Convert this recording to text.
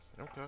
Okay